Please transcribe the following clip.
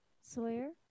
Sawyer